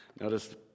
Notice